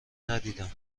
ندیدم